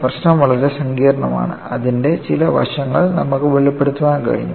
പ്രശ്നം വളരെ സങ്കീർണ്ണമാണ് അതിന്റെ ചില വശങ്ങൾ നമുക്ക് വെളിപ്പെടുത്താൻ കഴിഞ്ഞു